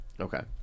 Okay